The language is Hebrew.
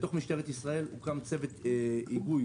בתוך משטרת ישראל הוקם צוות היגוי